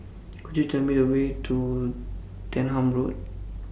Could YOU Tell Me The Way to Denham Road